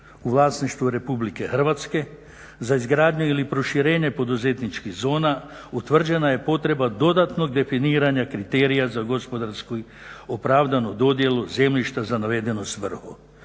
u vlasništvu RH za izgradnju ili proširenje poduzetničkih zona utvrđena je potreba dodatnog definiranja kriterija za gospodarski opravdanu dodjelu zemljišta za navedenu svrhu